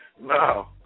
No